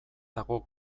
dago